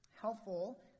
helpful